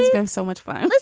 it's been so much fun